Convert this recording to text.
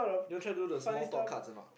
you want try do the small thought cuts or not